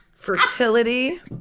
Fertility